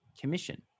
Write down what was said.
commission